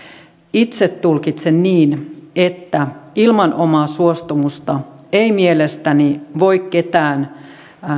itse tulkitsen niin että ilman omaa suostumusta ei mielestäni voi ketään